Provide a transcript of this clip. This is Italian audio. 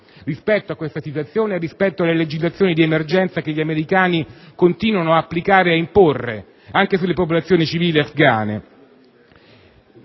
rispetto a questa situazione e rispetto alle legislazioni di emergenza che gli americani continuano ad applicare e ad imporre anche sulle popolazioni civili afgane?